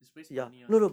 is waste money [one]